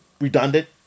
redundant